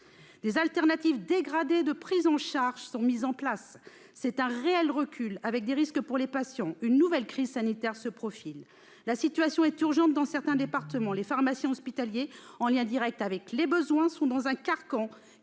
Des alternatives dégradées de prise en charge sont mises en place ; c'est un réel recul, avec des risques pour les patients. Une nouvelle crise sanitaire se profile. La situation est urgente dans certains départements. Les pharmaciens hospitaliers, en lien direct avec les besoins, sont dans un carcan,